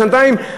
לשנתיים.